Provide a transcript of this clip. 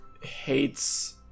hates-